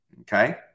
Okay